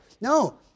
No